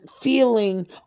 feeling